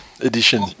edition